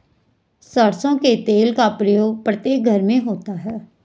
सरसों के तेल का प्रयोग प्रत्येक घर में होता है